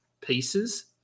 pieces